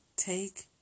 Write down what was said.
Take